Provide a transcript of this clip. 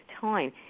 time